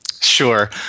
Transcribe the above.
Sure